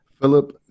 Philip